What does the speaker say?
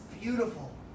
beautiful